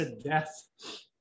death